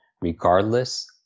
regardless